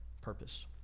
purpose